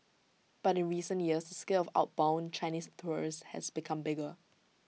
but in recent years scale of outbound Chinese tourists has become bigger